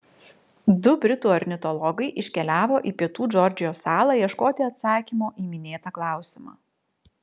du britų ornitologai iškeliavo į pietų džordžijos salą ieškoti atsakymo į minėtą klausimą